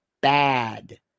bad